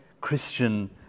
Christian